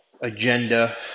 agenda